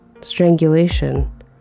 strangulation